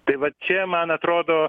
tai vat čia man atrodo